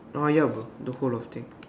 ah ya bro the whole of thing